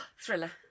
Thriller